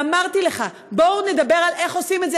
ואמרתי לך: בואו נדבר על איך עושים את זה.